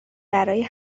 برای